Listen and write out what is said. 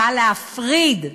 בא להפריד,